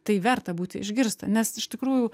tai verta būti išgirsta nes iš tikrųjų